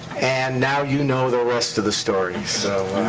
and now you know the rest of the story. so